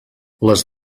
les